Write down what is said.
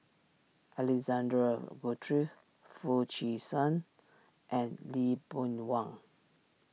Alexander Guthrie Foo Chee San and Lee Boon Wang